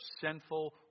sinful